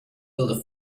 build